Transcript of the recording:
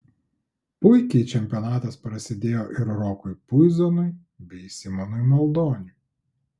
puikiai čempionatas prasidėjo ir rokui puzonui bei simonui maldoniui